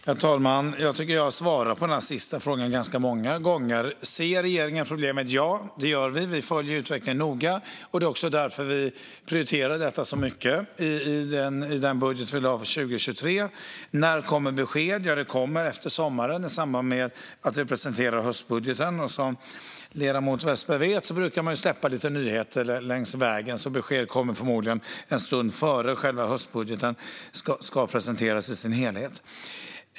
Herr talman! Jag tycker att jag har svarat på den sista frågan ganska många gånger. Ser regeringen problemet? Ja, det gör vi. Vi följer utvecklingen noga. Det var också därför vi prioriterade detta mycket i den budget som vi lade fram för 2023. När kommer besked? Det kommer efter sommaren, i samband med att vi presenterar höstbudgeten. Som ledamoten Vepsä vet brukar man släppa lite nyheter längs vägen, så besked kommer förmodligen en stund innan själva höstbudgeten ska presenteras i sin helhet.